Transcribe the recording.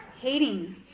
hating